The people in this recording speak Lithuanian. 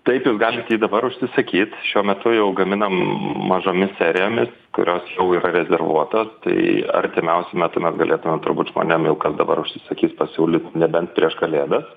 taip jūs galit jį dabar užsisakyt šiuo metu jau gaminam mažomis serijomis kurios jau yra rezervuotos tai artimiausiu metu mes galėtumėm turbūt žmonėm jau kas dabar užsisakys pasiūlyt nebent prieš kalėdas